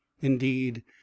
indeed